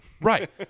Right